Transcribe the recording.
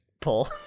pull